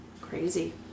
crazy